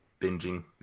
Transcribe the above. binging